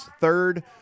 third